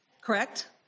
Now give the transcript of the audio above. Correct